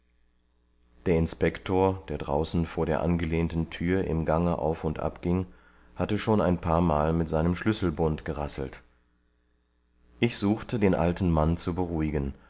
der inspektor der draußen vor der angelehnten tür im gange auf und ab ging hatte schon ein paarmal mit seinem schlüsselbund gerasselt ich suchte den alten mann zu beruhigen